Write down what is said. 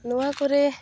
ᱱᱚᱣᱟ ᱠᱚᱨᱮ